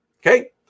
okay